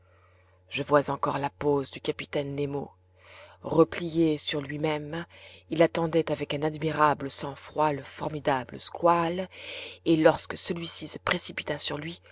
je vois encore la pose du capitaine nemo replié sur lui-même il attendait avec un admirable sang-froid le formidable squale et lorsque celui-ci se précipita sur lui